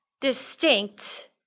distinct